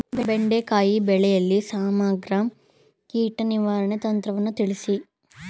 ಬೆಂಡೆಕಾಯಿ ಬೆಳೆಯಲ್ಲಿ ಸಮಗ್ರ ಕೀಟ ನಿರ್ವಹಣೆ ತಂತ್ರವನ್ನು ತಿಳಿಸಿ?